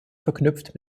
verknüpft